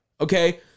okay